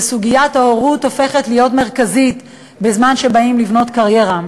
וסוגיית ההורות הופכות להיות מרכזית בזמן שבאים לבנות קריירה.